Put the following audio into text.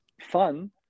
fun